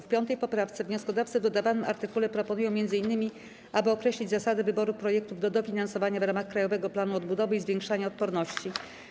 W 5. poprawce wnioskodawcy w dodawanym artykule proponują m.in., aby określić zasady wyboru projektów do dofinansowania w ramach Krajowego Planu Odbudowy i Zwiększania Odporności.